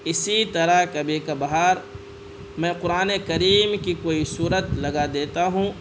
اسی طرح کبھی کبھار میں قرآن کریم کی کوئی سورۃ لگا دیتا ہوں